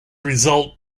result